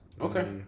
Okay